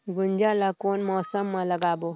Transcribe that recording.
गुनजा ला कोन मौसम मा लगाबो?